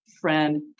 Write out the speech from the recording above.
friend